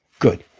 good,